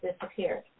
disappeared